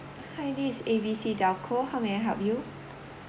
hi this is A B C telco how may I help you